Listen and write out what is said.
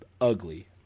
ugly